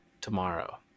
tomorrow